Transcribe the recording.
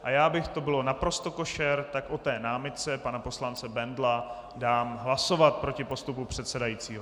A já, aby to bylo naprosto košer, o té námitce pana poslance Bendla dám hlasovat proti postupu předsedajícího.